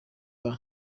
muri